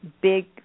big